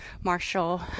Marshall